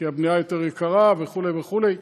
כי הבנייה יותר יקרה וכו' וכו'.